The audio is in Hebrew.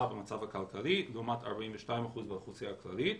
במצב הכלכלי לעומת 42% באוכלוסייה הכללית.